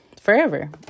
forever